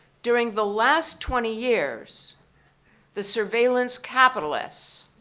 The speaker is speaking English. during the last twenty years the surveillance capitalists,